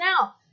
now